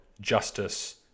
justice